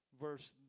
verse